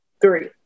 Three